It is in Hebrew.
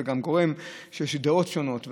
זה גם גורם שיש דעות שונות,